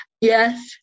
Yes